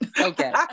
Okay